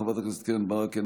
חברת הכנסת קרן ברק,